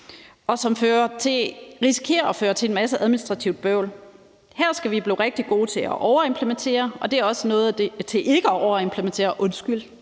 og som risikerer at føre til en masse administrativt bøvl. Herudover skal vi blive rigtig gode til at overimplementere – til ikke at overimplementere, undskyld